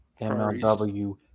MLW